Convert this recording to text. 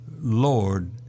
Lord